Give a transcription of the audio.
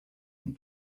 and